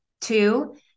Two